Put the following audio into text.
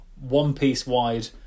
one-piece-wide